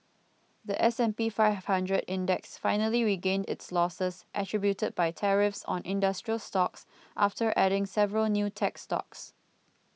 the S and P Five Hundred Index finally regained its losses attributed by tariffs on industrial stocks after adding several new tech stocks